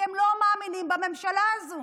כי הם לא מאמינים בממשלה הזו.